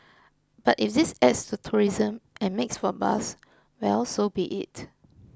but if this adds to tourism and makes for buzz well so be it